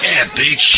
epic